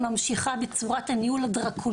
גם כשאנחנו מגיעים לדברים הרבה יותר אזרחיים,